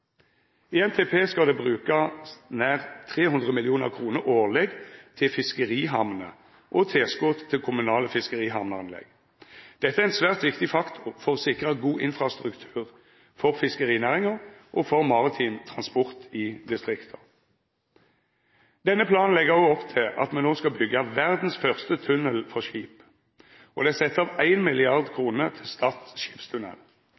I NTP skal det brukast nær 300 mill. kr årleg til fiskerihamner og tilskot til kommunale fiskerihamneanlegg. Dette er ein svært viktig faktor for å sikra god infrastruktur for fiskerinæringa og for maritim transport i distrikta. Denne planen legg òg opp til at me no skal byggja verdens første tunnel for skip, og det er sett av